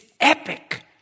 epic